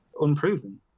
unproven